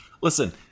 Listen